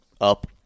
up